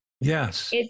Yes